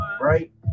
right